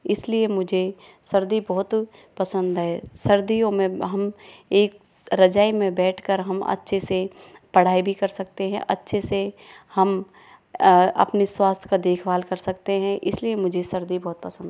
इसलिए मुझे सर्दी बहुत पसंद है सर्दियों में हम एक रजाई में बैठकर हम अच्छे से पढ़ाई भी कर सकते हैं अच्छे से हम अपने स्वास्थ का देखभाल कर सकते हैं इसलिए मुझे सर्दी बहुत पसंद है